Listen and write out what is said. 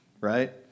right